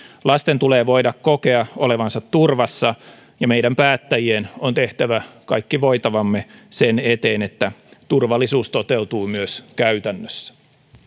lasten tulee voida kokea olevansa turvassa ja meidän päättäjien on tehtävä kaikki voitavamme sen eteen että turvallisuus toteutuu myös käytännössä